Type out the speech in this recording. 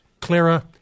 Clara